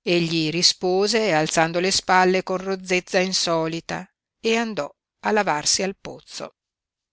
egli rispose alzando le spalle con rozzezza insolita e andò a lavarsi al pozzo